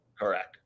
Correct